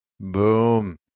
Boom